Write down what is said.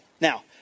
Now